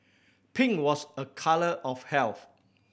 pink was a colour of health